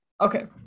Okay